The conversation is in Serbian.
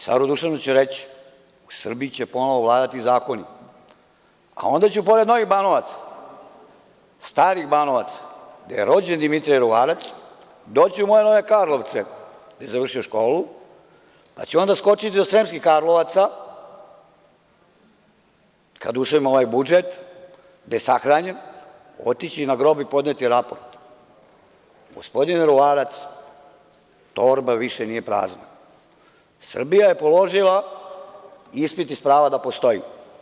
Caru Dušanu ću reći – u Srbiji će ponovo vladati zakoni, a onda ću pored Novih Banovaca, starih Banovaca, gde je rođen Dimitrije Ruvarac, doći u moje Nove Karlovce, gde je završio školu, pa ću onda skočiti do Sremskih Karlovaca, kada usvojimo ovaj budžet, gde je sahranjen, otići na grob i podneti raport – gospodine Ruvarac, torba više nije prazna, Srbija je položila ispit iz prava da postoji.